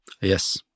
Yes